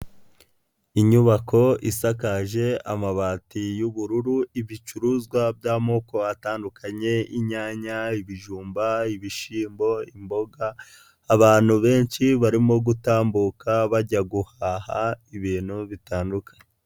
Inyubako isakaje amabati y'ubururu ibicuruzwa by'amoko atandukanye y'inyanya, ibijumba, ibishyimbo, imboga, abantu benshi barimo gutambuka bajya guhaha ibintu bitandukanye.